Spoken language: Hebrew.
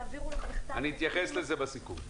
--- אני אתייחס לזה בסיכום.